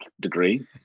degree